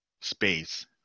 Space